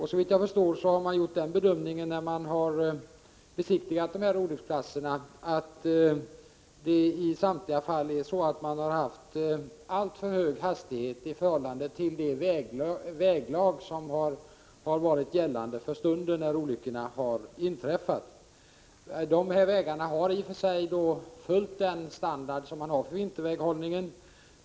Såvitt jag förstår har man, när olycksplatserna har besiktigats, gjort den bedömningen att förarna i samtliga fall har kört i alltför hög hastighet i förhållande till det väglag som rådde när olyckorna inträffade. Vägarna har hållit den standard som finns för vinterväghållningen.